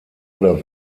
oder